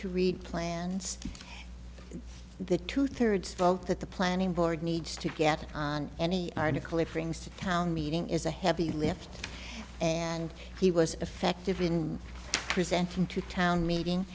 to read plans the two thirds vote that the planning board needs to get on any article it brings to town meeting is a heavy lift and he was effective in presenting to town meeting